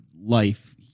life